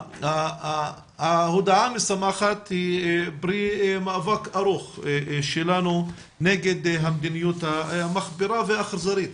ההודעה המשמחת היא פרי מאבק ארוך שלנו נגד המדיניות המחפירה והאכזרית